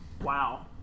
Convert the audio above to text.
Wow